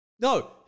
No